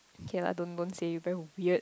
okay lah don't don't say you very weird